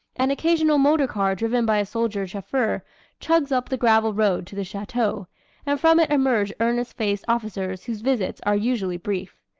an occasional motorcar driven by a soldier-chauffeur chugs up the gravel road to the chateau and from it emerge earnest-faced officers whose visits are usually brief.